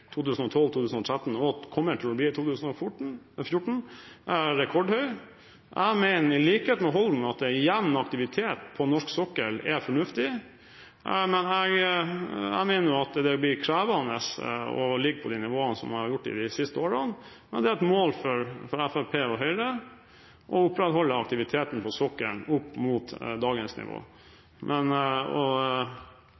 2012 og 2013 har vært rekordhøy og kommer til å bli det i 2014. Jeg mener, i likhet med Holden, at jevn aktivitet på norsk sokkel er fornuftig, men jeg mener at det blir krevende å ligge på det nivået vi har ligget på de siste årene. Men det er et mål for Fremskrittspartiet og Høyre å opprettholde aktiviteten på sokkelen opp mot dagens nivå.